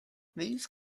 these